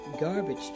Garbage